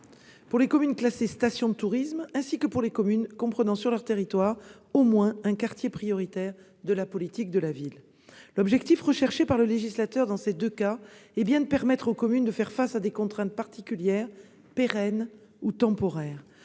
: si les communes sont classées stations de tourisme ou si elles comprennent sur leur territoire au moins un quartier prioritaire de la politique de la ville. L'objectif du législateur dans ces deux cas est bien de permettre aux communes de faire face à des contraintes particulières, pérennes ou temporaires.